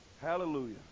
Hallelujah